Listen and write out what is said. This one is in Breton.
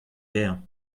dezhañ